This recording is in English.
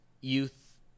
youth